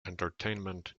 entertainment